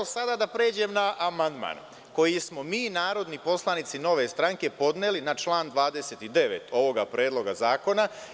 Sada da pređem na amandman koji smo mi narodni poslanici Nove stranke podneli na član 29. ovoga Predloga zakona.